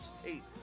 state